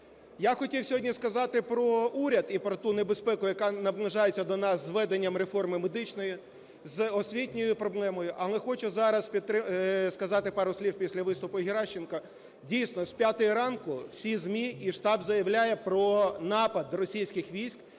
Я хотів сьогодні сказати про уряд і про ту небезпеку, яка наближається до нас з введенням реформи медичної, з освітньою проблемою. Але хочу зараз сказати пару слів після виступу Геращенко. Дійсно, з п'ятої ранку всі ЗМІ і штаб заявляє про напад російських військ